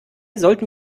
sollten